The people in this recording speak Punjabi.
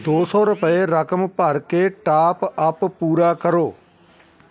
ਦੋ ਸੌ ਰੁਪਏ ਰਕਮ ਭਰ ਕੇ ਟਾਪ ਅਪ ਪੂਰਾ ਕਰੋ